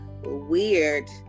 weird